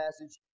passage